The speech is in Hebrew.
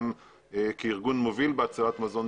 כארגון מוביל בהצלת מזון,